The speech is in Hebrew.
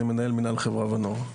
אני מנהל את מינהל החברה והנוער,